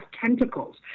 tentacles